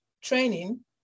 training